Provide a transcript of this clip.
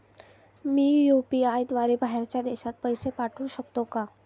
मी UPI द्वारे बाहेरच्या देशात पैसे पाठवू शकतो का?